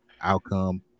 outcome